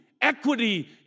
equity